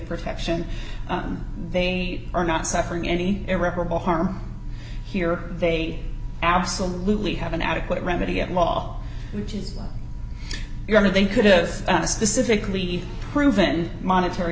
protection they are not suffering any irreparable harm here they absolutely have an adequate remedy at law which is your honor they could've specifically proven monetary